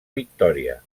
victòria